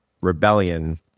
rebellion